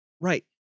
Right